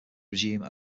resume